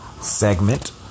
segment